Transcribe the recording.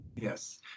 yes